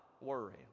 worry